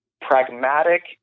pragmatic